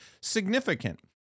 significant